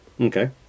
Okay